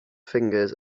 fingers